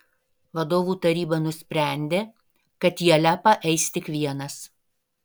vadovų taryba nusprendė kad į alepą eis tik vienas